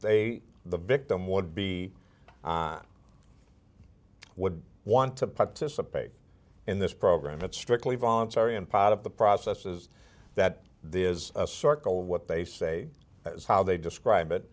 they the victim would be would want to participate in this program it's strictly voluntary and part of the process is that there is a circle what they say is how they describe it